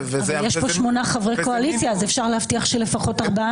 אפשר להבטיח שמחצית